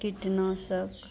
कीटनाशक